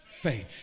faith